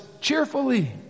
Cheerfully